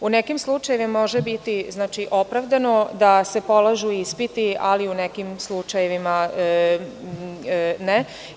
U nekim slučajevima može biti opravdano da se polažu ispiti, ali u nekim slučajevima ne.